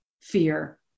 fear